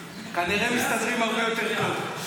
כנראה, מסתדרים הרבה יותר טוב.